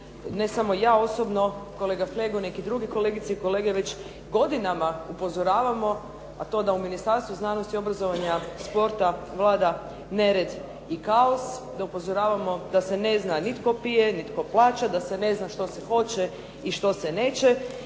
ne samo ja osobno, kolega Flego, neki drugi kolegice i kolege, već godinama upozoravamo, a to da u Ministarstvu znanosti, obrazovanja i sporta vlada nered i kaos, da upozoravamo da se ne zna ni tko pije, ni tko plaća, da se ne znam što se hoće i što se neće,